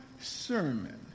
sermon